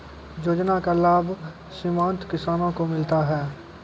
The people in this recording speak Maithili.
योजना का लाभ सीमांत किसानों को मिलता हैं?